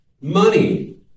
Money